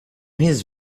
his